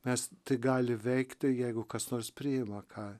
nes tai gali veikti jeigu kas nors priima ką